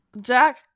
Jack